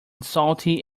salty